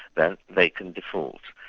then they can default.